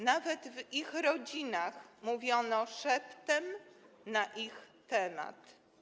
Nawet w ich rodzinach mówiono szeptem na ich temat.